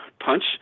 punch